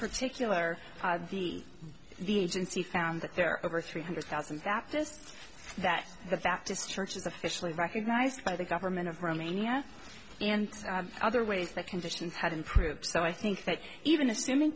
particular the agency found that there are over three hundred thousand baptist that the baptist church is officially recognized by the government of romania and other ways that conditions have improved so i think that even assuming